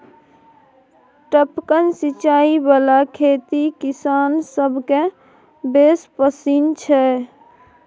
टपकन सिचाई बला खेती किसान सभकेँ बेस पसिन छै